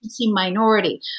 minority